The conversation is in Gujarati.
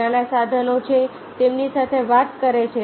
નાના સાધનો જે તેમની સાથે વાત કરે છે